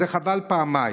זהה חבל פעמיים.